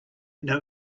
know